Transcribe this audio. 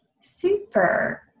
Super